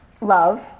love